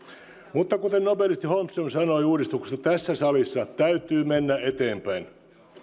mutta kuten nobelisti holmström sanoi uudistuksesta tässä salissa täytyy mennä eteenpäin